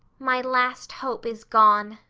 my last hope is gone,